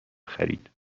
خرید